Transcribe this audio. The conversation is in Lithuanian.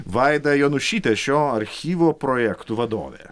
vaida jonušytė šio archyvo projektų vadovė